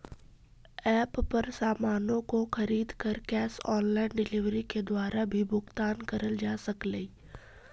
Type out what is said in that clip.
app पर सामानों को खरीद कर कैश ऑन डिलीवरी के द्वारा भी भुगतान करल जा सकलई